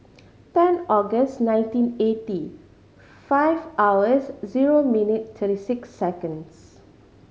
ten August nineteen eighty five hours zero minute and thirty six seconds